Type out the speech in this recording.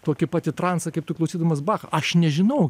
tokį patį transą kaip tu klausydamas bachą aš nežinau